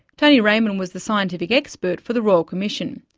tony raymond was the scientific expert for the royal commission,